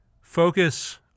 Focus